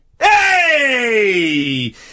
Hey